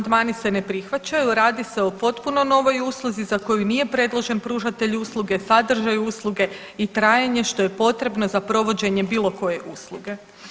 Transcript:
Amandmani se ne prihvaćaju, radi se o potpuno novoj usluzi za koju nije predložen pružatelj usluge, sadržaj usluge i trajanje, što je potrebno za provođenje bilo koje usluge.